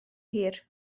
hir